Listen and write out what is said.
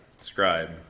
scribe